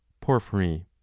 Porphyry